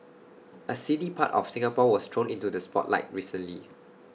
A seedy part of Singapore was thrown into the spotlight recently